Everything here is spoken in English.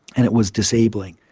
and it was disabling.